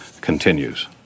continues